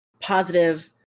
positive